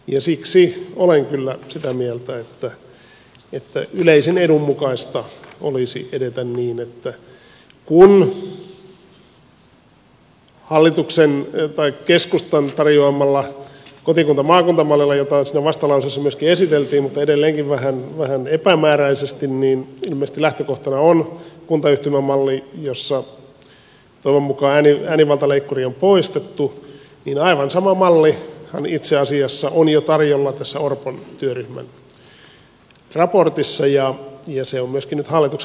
ja siksi olen kyllä sitä mieltä että yleisen edun mukaista olisi edetä niin että kun keskustan tarjoamalla kotikuntamaakunta mallilla jota siinä vastalauseessa myöskin esiteltiin mutta edelleenkin vähän epämääräisesti ilmeisesti lähtökohtana on kuntayhtymämalli jossa toivon mukaan äänivaltaleikkuri on poistettu niin aivan sama mallihan itse asiassa on jo tarjolla tässä orpon työryhmän raportissa ja se on myöskin nyt hallituksen kanta